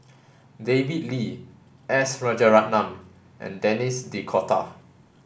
David Lee S Rajaratnam and Denis D'Cotta